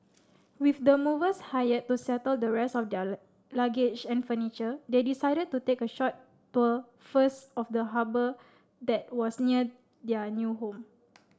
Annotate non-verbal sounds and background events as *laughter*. with the movers hired to settle the rest of their *unintelligible* luggage and furniture they decided to take a short tour first of the harbour that was near their new home